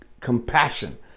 compassion